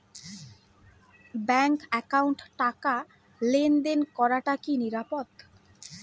Bank একাউন্টত টাকা লেনদেন করাটা কি নিরাপদ?